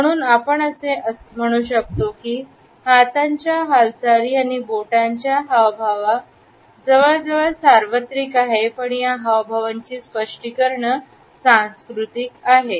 म्हणून आपण असे म्हणू शकते की हाताच्या हालचाली आणि बोटाच्या हावभावा जवळजवळ सार्वत्रिक आहेत पण या हावभावांची स्पष्टीकरण सांस्कृतिक आहेत